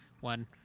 one